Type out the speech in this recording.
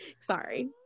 Sorry